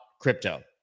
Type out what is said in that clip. crypto